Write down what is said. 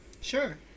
Sure